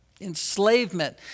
Enslavement